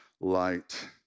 light